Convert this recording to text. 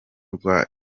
rwa